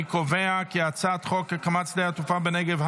אני קובע כי הצעת חוק הקמת שדה תעופה בנגב,